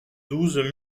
douze